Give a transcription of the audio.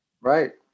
Right